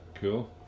cool